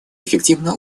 эффективно